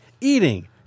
eating